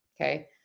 Okay